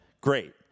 great